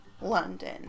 London